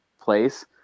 place